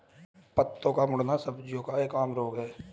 पत्तों का मुड़ना सब्जियों का एक आम रोग है